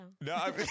no